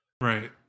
right